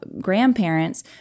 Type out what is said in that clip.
grandparents